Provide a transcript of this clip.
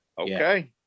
Okay